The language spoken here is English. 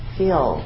feel